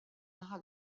naħa